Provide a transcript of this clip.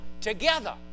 together